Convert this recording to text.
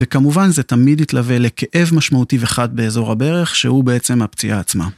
וכמובן זה תמיד יתלווה לכאב משמעותי וחד באזור הברך שהוא בעצם הפציעה עצמה.